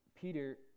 Peter